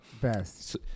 Best